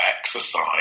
exercise